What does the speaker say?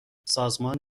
سازمان